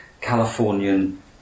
Californian